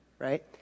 right